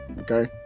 Okay